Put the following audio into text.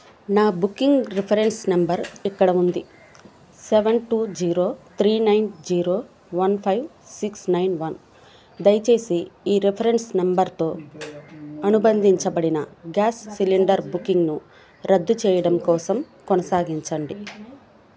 నా booking reference number ఇక్కడ ఉంది seven two zero three nine zero one five six nine one దయచేసి ఈ రిఫరెన్స్ నెంబర్తో అనుబంధించబడిన గ్యాస్ సిలిండర్ బుకింగ్ను రద్దు చేయడం కోసం కొనసాగించండి